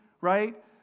right